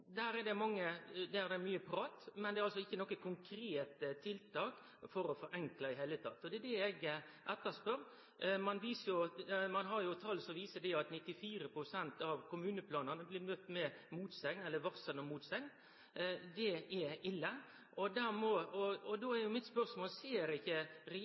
Der er det mykje prat, men det er i det heile ingen konkrete tiltak for å forenkle. Det er det eg spør etter. Ein har tal som viser at 94 pst. av kommuneplanane blir møtt med varsel om motsegn. Det er ille. Då er mitt spørsmål: Ser ikkje regjeringa at den byggje- og bustadpolitikken som er ført, har gjort vondt verre, og at om ein ikkje